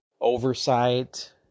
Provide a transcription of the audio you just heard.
oversight